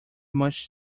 much